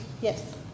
Yes